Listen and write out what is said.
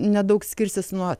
nedaug skirsis nuo